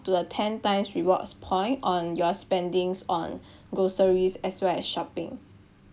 to the ten times rewards point on your spendings on groceries as while as shopping